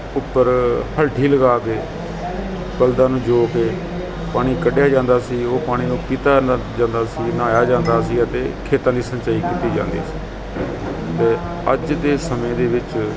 ਉੱਪਰ ਹਲਟੀ ਲਗਾ ਕੇ ਬਲਦਾਂ ਨੂੰ ਜੋੜ ਕੇ ਪਾਣੀ ਕੱਢਿਆ ਜਾਂਦਾ ਸੀ ਉਹ ਪਾਣੀ ਨੂੰ ਪੀਤਾ ਜਾਂਦਾ ਜਾਂਦਾ ਸੀ ਨਹਾਇਆ ਜਾਂਦਾ ਸੀ ਅਤੇ ਖੇਤਾਂ ਦੀ ਸਿੰਚਾਈ ਕੀਤੀ ਜਾਂਦੀ ਸੀ ਅਤੇ ਅੱਜ ਦੇ ਸਮੇਂ ਦੇ ਵਿੱਚ